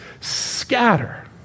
scatter